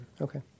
okay